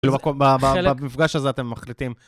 במפגש הזה אתם מחליטים.